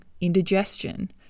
indigestion